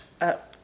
Up